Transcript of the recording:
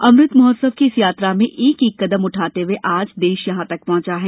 अमृत महोत्सव की इस यात्रा में एक एक कदम उठाते हए आज देश यहां तक पहंचा है